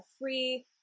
free